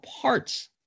parts